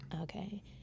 Okay